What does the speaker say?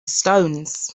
stones